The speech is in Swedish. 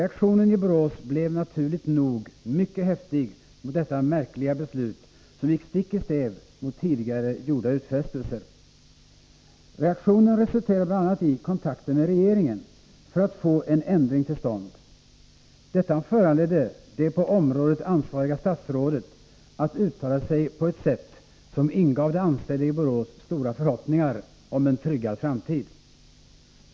Reaktionen i Borås blev naturligt nog mycket häftig mot detta märkliga beslut, som gick stick i stäv mot tidigare gjorda utfästelser. Reaktionen resulterade bl.a. i kontakter med regeringen för att få en ändring till stånd. Detta föranledde det på området ansvariga statsrådet att uttala sig på ett sätt som ingav de anställda i Borås stora förhoppningar om en tryggad framtid.